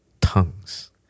tongues